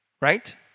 Right